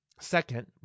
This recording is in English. Second